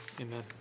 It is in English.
amen